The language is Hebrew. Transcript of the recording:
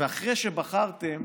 ואחרי שבחרתם